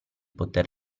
poter